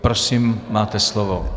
Prosím, máte slovo.